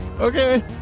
Okay